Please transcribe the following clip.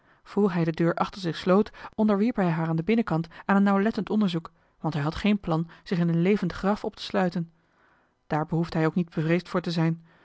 hij de deur achter zich sloot onderwierp hij haar aan den binnenkant aan een nauwlettend onderzoek want hij had geen plan joh h been paddeltje de scheepsjongen van michiel de ruijter zich in een levend graf op te sluiten daar behoefde hij ook niet bevreesd voor te zijn